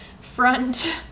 front